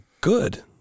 good